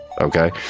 okay